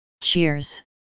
Cheers